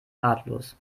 ratlos